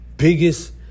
biggest